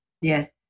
Yes